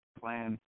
plan